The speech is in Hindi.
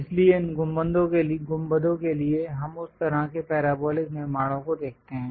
इसलिए इन गुंबदों के लिए हम उस तरह के पैराबोलिक निर्माणों को देखते हैं